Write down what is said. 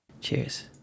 cheers